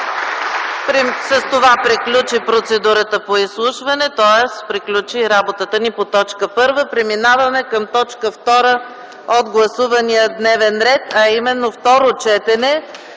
С това приключи процедурата по изслушване, тоест приключи работата ни по т. 1. Преминаваме към точка втора от гласувания дневен ред, а именно: ВТОРО